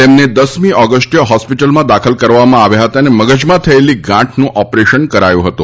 તેમને દસમી ઓગસ્ટે હોસ્પિટલમાં દાખલ કરવામાં આવ્યા હતા અને મગજમાં થયેલી ગાંઠનું ઓપરેશન કરાયું હતું